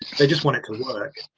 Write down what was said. they just want it to work.